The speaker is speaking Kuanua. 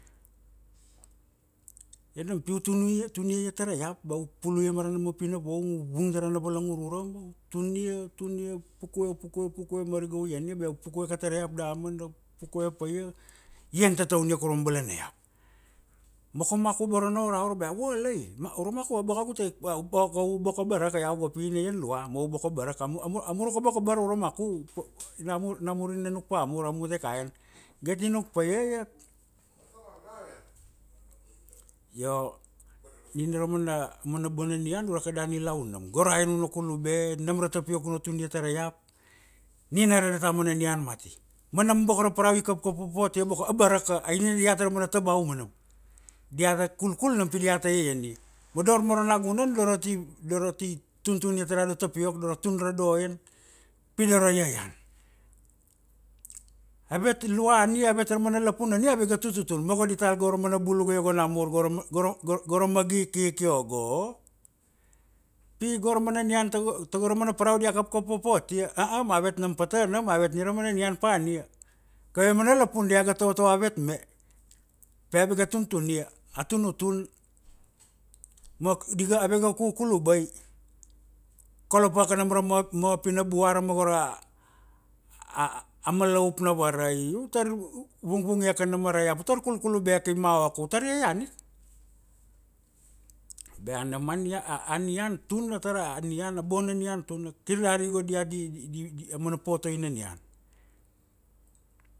Io nam pi tun ia tun ia iat tara iap ba u puluia warurung ma ana mapina voum u vung tar ana valangur urama u tun ia tun ia pukue pukue pukue mariga u ian ia ba u pukueke tara iap damana pukue pa ia, ian tataoniaka urama balana iap. ma kaum maku aboro na oraoro ba wua lai ma aura maku boko agu taik, ba boko u boko abaraka iau go pi ina ian lua ma u boko abaraka amu amu amuruka boko bara aura maku, namur namur ina nuk pa amur amu taika en. igati nuk pa ia iat. io nina ra mana bona nian ure kada nilaun. go ra ian una kulube, nam ra tapiok una tun ia tara iap, nina ra adata mana nian mamati. ma nam boko a parau i kapkap wapoot ia boko abaraka ai nina diat aumana tabauma nam. diata kuklkul nam pi diata iaian ia. ma dor moro nagunan dora ti dora ti tuntun iat ra ado tapiok, dora tun ado ian, pi dora iaian. avet lua ania ra mana lapun ania avega tututun ma go dital go ra mana bul iogo ogo namur goro goro goro magi ik ik io go pi gora mana nian tago ra mana nian tago ra mana paraudia kapkap wapot ia ah-ah ma avet nam pata nam ma avet nina ra mana nian pa ania. kave mana lapun diaga tovotovo avet me. pi ave ga tuntun ia, a tunutun ma diga avega kukulubai, kolo paaka nam ra mapina buara a malaup na warai u tur vungvungiaka urama ra ula iap u tar kulkulubeke i maoko utar iaian ika bea nam a a nian tuna tara nian a bona nian tuna kir dari go diat di di di di amana po-otoi na nian,